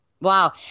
Wow